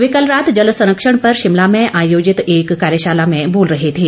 वे कल रात जल संरक्षण पर शिमला में आयोजित एक कार्यशाला में बोल रहे थे